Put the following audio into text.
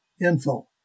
info